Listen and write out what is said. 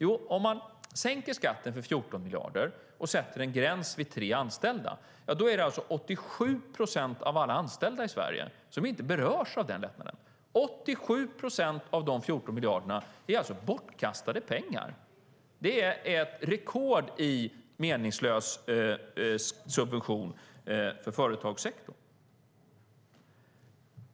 Om man sänker skatten med 14 miljarder och sätter en gräns vid tre anställda är det 87 procent av alla anställda i Sverige som inte berörs av den lättnaden. 87 procent av dessa 14 miljarder är alltså bortkastade pengar. Det är ett rekord i meningslös subvention för företagssektorn.